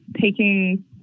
taking